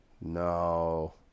No